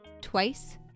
twice